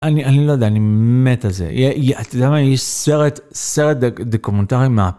אני לא יודע, אני מת הזה, אתה יודע מה, יש סרט, סרט דקומנטרי מה...